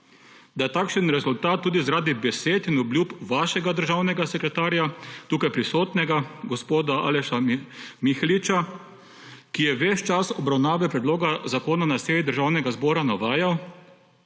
pa, da takšen rezultat, tudi zaradi besed in obljub vašega državnega sekretarja, tukaj prisotnega gospoda Aleša Miheliča, ki je ves čas obravnave predloga zakona na seji Državnega zbora navajal,